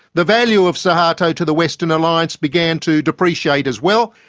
the value of suharto to the western alliance began to depreciate as well.